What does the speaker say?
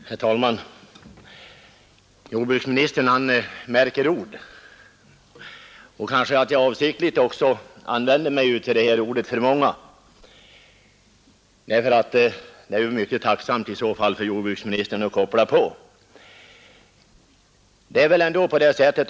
Herr talman! Jordbruksminmstern märker ord. Kanske jag avsiktligt också använde orden ”för manga”. Det är i sa fall mycket tacksamt för Jordbruksministern att koppla på.